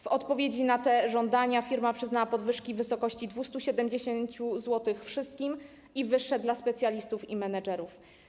W odpowiedzi na te żądania firma przyznała podwyżki w wysokości 270 zł wszystkim i wyższe dla specjalistów i menedżerów.